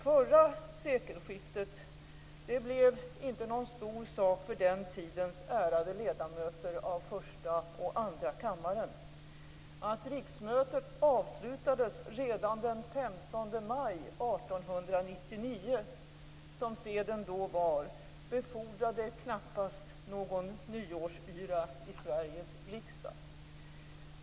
Förra sekelskiftet blev inte någon stor sak för den tidens ärade ledamöter av första och andra kammaren. Att riksmötet avslutades redan den 15 maj 1899, som seden då var, befordrade knappast nyårsyra i Sveriges riksdag.